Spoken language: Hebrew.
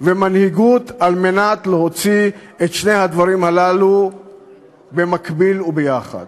ומנהיגות על מנת להוציא את שני הדברים הללו במקביל וביחד.